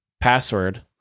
password